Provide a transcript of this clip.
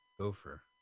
gopher